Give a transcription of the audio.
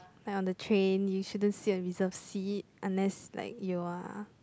like on the train you shouldn't sit on the reserve seat unless like you are